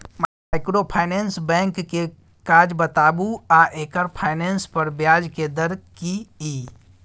Microfinance bank के काज बताबू आ एकर फाइनेंस पर ब्याज के दर की इ?